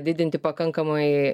didinti pakankamai